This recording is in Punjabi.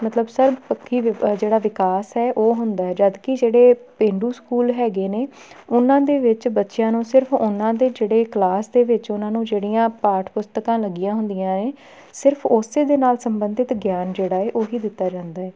ਮਤਲਬ ਸਰਵ ਪੱਖੀ ਵਿ ਜਿਹੜਾ ਵਿਕਾਸ ਹੈ ਉਹ ਹੁੰਦਾ ਹੈ ਜਦੋਂ ਕਿ ਜਿਹੜੇ ਪੇਂਡੂ ਸਕੂਲ ਹੈਗੇ ਨੇ ਉਹਨਾਂ ਦੇ ਵਿੱਚ ਬੱਚਿਆਂ ਨੂੰ ਸਿਰਫ਼ ਉਹਨਾਂ ਦੇ ਜਿਹੜੇ ਕਲਾਸ ਦੇ ਵਿੱਚ ਉਹਨਾਂ ਨੂੰ ਜਿਹੜੀਆਂ ਪਾਠ ਪੁਸਤਕਾਂ ਲੱਗੀਆਂ ਹੁੰਦੀਆਂ ਹੈ ਸਿਰਫ਼ ਉਸੇ ਦੇ ਨਾਲ ਸੰਬੰਧਿਤ ਗਿਆਨ ਜਿਹੜਾ ਹੈ ਉਹੀ ਦਿੱਤਾ ਜਾਂਦਾ ਹੈ